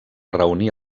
reunir